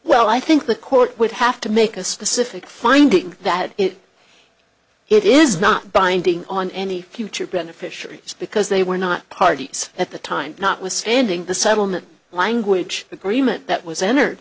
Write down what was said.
well i think the court would have to make a specific finding that it it is not binding on any future beneficiaries because they were not parties at the time notwithstanding the settlement language agreement that was entered